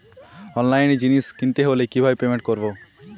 অনলাইনে জিনিস কিনতে হলে কিভাবে পেমেন্ট করবো?